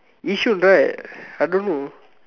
Yishun right I don't know